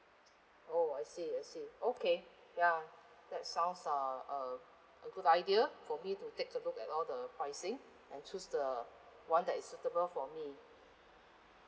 oh I see I see okay ya that sounds uh uh a good idea for me to take a look at all the pricing and choose the one that is suitable for me